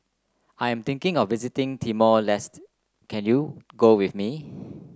I am thinking of visiting Timor Leste can you go with me